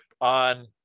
on